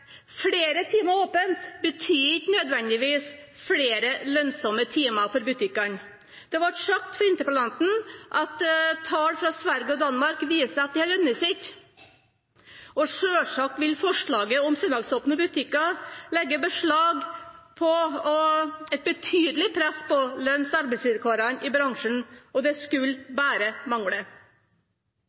Flere timer åpent betyr ikke nødvendigvis flere lønnsomme timer for butikkene. Det ble sagt av interpellanten at tall fra Sverige og Danmark viser at det lønner seg ikke. Selvsagt vil forslaget om søndagsåpne butikker legge et betydelig press på lønns- og arbeidsvilkårene i bransjen, og det skulle bare mangle.